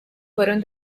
fueron